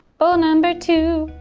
bowl number two,